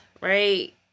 right